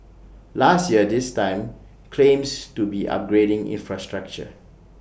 last year this time claims to be upgrading infrastructure